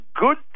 good